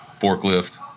forklift